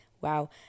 wow